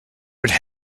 would